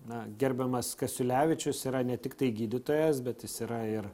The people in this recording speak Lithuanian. na gerbiamas kasiulevičius yra ne tiktai gydytojas bet jis yra ir